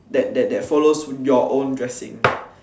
that that that follows your own dressing